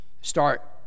start